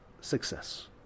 success